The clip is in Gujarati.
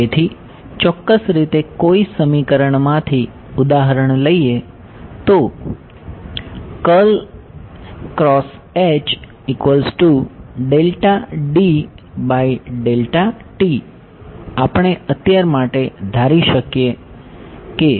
તેથી ચોક્કસ રીતે કોઈ સમીકરણમાથી ઉદાહરણ લઈએ તો આપણે અત્યાર માટે ધારી શકીએ J0